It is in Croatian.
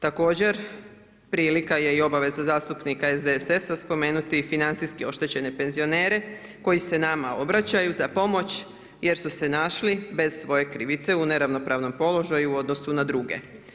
Također, prilika je obaveza SDSS-a spomenuti financijski oštećene penzionere koji se nama obraćaju za pomoć jer su se našli bez svoje krivice u neravnopravnom položaju u odnosu na druge.